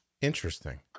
Interesting